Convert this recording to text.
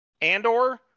Andor